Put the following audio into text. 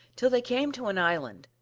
till they came to an island,